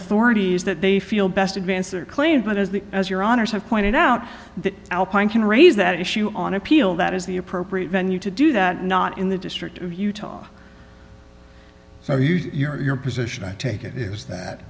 authorities that they feel best advance their claim but as the as your honors have pointed out that alpine can raise that issue on appeal that is the appropriate venue to do that not in the district of utah so you your position i take it is that